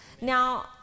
Now